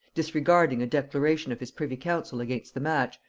disregarding a declaration of his privy-council against the match,